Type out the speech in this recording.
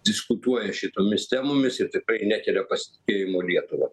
diskutuoja šitomis temomis ir tikrai nekelia pasitikėjimo lietuva